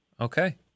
Okay